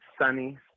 sunny